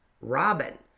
Robin